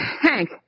Hank